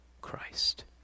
Christ